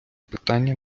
питання